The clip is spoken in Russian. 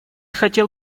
хотел